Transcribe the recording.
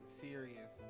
serious